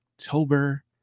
October